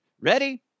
Ready